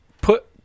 put